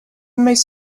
most